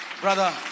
Brother